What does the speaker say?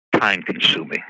time-consuming